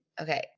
Okay